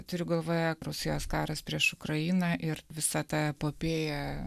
turiu galvoje rusijos karas prieš ukrainą ir visa ta epopėja